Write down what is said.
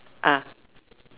ah